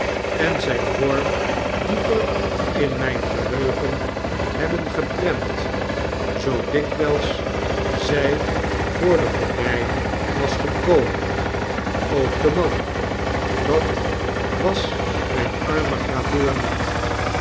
en zijn vorm dieper in mijn geheugen hebben geprent zoo dikwijls zij voor de gordijn was gekomen ook de man dat was mijn armegraveur niet